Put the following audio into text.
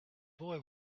boy